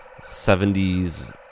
70s